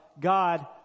God